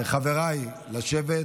חבריי, לשבת.